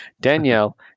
Danielle